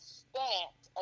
spent